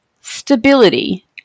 stability